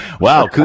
Wow